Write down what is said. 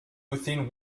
within